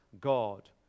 God